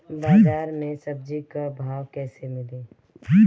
बाजार मे सब्जी क भाव कैसे मिली?